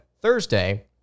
Thursday